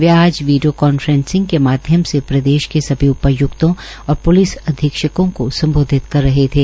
वे आज video conferencing के माध्यम से प्रदेश के सभी उपाय्क्तों और प्लिस अधीक्षकों को संबोधित कर रहे थे